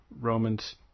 Romans